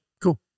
Cool